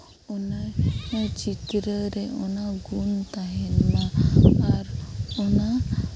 ᱚᱱᱟ ᱪᱤᱛᱨᱟᱹ ᱨᱮ ᱚᱱᱟ ᱜᱩᱱ ᱛᱟᱦᱮᱱᱢᱟ ᱟᱨ ᱚᱱᱟ